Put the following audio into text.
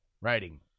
writing